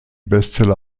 bestseller